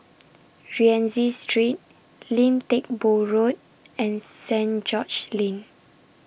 Rienzi Street Lim Teck Boo Road and Saint George's Lane